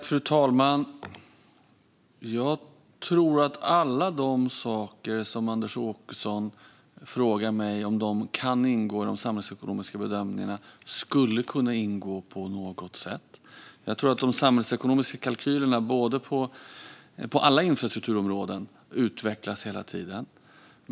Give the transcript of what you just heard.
Fru talman! Jag tror att alla de saker som Anders Åkesson frågar mig om de kan ingå i de samhällsekonomiska bedömningarna skulle kunna ingå på något sätt. De samhällsekonomiska kalkylerna på alla infrastrukturområden utvecklas hela tiden.